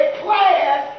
class